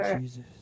Jesus